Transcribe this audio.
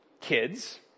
kids